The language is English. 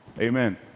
Amen